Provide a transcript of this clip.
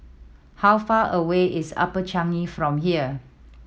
how far away is Upper Changi from here